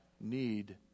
need